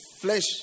flesh